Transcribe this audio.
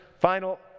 Final